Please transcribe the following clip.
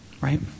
Right